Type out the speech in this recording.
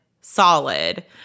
solid